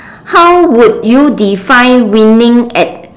how would you define winning at